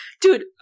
Dude